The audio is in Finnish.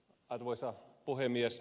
arvoisa puhemies